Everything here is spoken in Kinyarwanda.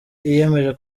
yiyemeje